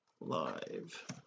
Live